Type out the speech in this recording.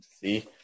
See